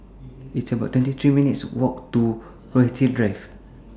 It's about twenty three minutes' Walk to Rochalie Drive